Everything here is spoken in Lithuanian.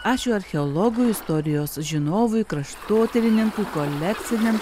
ačiū archeologui istorijos žinovui kraštotyrininkui kolekciniam